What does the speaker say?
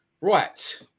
Right